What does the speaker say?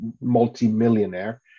multimillionaire